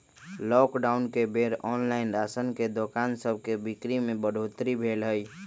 lockdown के बेर online ration के दोकान सभके बिक्री में बढ़ोतरी भेल हइ